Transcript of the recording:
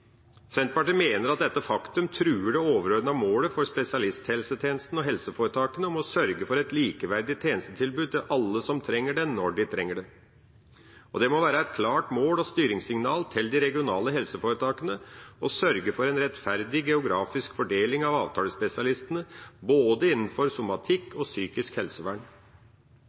Senterpartiet mener at dette faktumet truer det overordnede målet for spesialisthelsetjenesten og helseforetakene om å sørge for et likeverdig tjenestetilbud til alle som trenger det, når de trenger det. Det må være et klart mål og styringssignal til de regionale helseforetakene å sørge for en rettferdig geografisk fordeling av avtalespesialistene, både innenfor somatikk og innenfor psykisk helsevern.